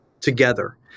together